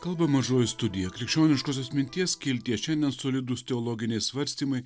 kalba mažoji studija krikščioniškosios minties skiltyje šiandien solidūs teologiniai svarstymai